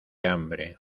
hambre